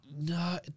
No